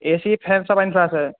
এ C fan চব আনি থোৱা আছে